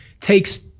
Takes